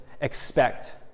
expect